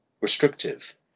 restrictive